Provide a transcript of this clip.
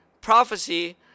prophecy